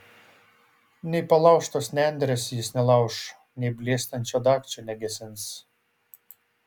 nei palaužtos nendrės jis nelauš nei blėstančio dagčio negesins